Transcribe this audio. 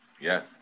Yes